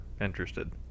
interested